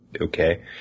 Okay